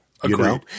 Agreed